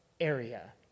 area